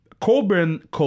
Colburn